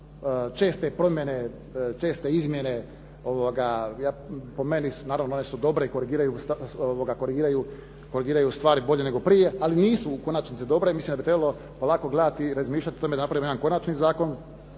česte izmjene po meni naravno one su dobre i korigiraju stvari bolje nego prije ali nisu u konačnici dobre. Mislim da bi trebalo polako gledati i razmišljati da napravimo jedan konačni zakon,